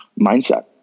mindset